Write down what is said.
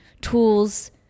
tools